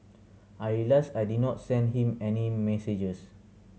I realised I did not send him any messages